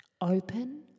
open